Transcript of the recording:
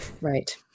Right